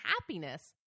happiness